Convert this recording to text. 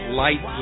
light